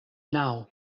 naŭ